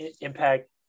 impact